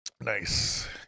Nice